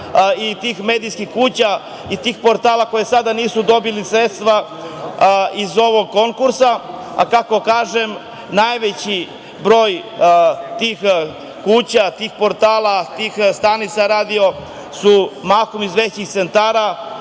i tih medijskih kuća i tih portala koji sada nisu dobili sredstva iz ovog konkursa, a kako kažem, najveći broj tih kuća, tih portala, tih radio stanica su mahom iz većih centara